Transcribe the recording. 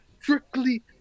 strictly